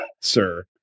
sir